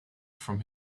from